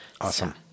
Awesome